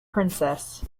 princess